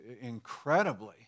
incredibly